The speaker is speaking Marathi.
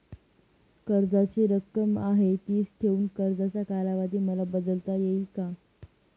कर्जाची रक्कम आहे तिच ठेवून कर्जाचा कालावधी मला बदलता येईल का?